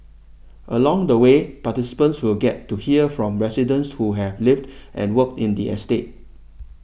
along the way participants will get to hear from residents who have lived and worked in the estate